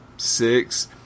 Six